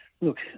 look